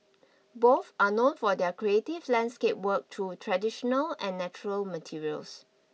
both are known for their creative landscape work through traditional and natural materials